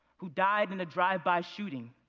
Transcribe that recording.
who died in a drive-by shooting.